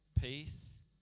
peace